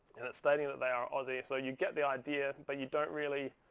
and it's stating that they are aussie. so you get the idea. but you don't really